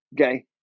okay